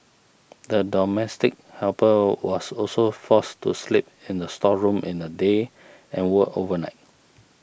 the domestic helper was also forced to sleep in the storeroom in the day and worked overnight